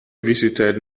visited